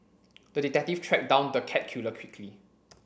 the detective tracked down the cat killer quickly